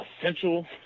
essential